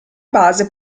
base